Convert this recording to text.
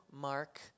Mark